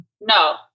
no